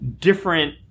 different